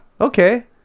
okay